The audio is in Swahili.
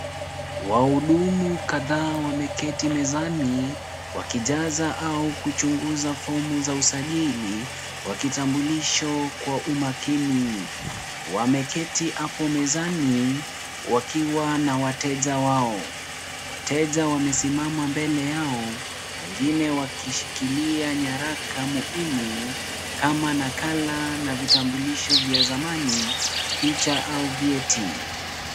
Wahudumu kadhaa wameketi mezani wakijaza au kuchunguza fomu za usajili wa kitambulisho kwa umakini. Wameketi hapo mezani wakiwa na wateja wao. Wateja wamesimama mbele yao wengine wakishikilia nyaraka muhimu kama nakala na vitambulisho vya zamani, picha au vyeti.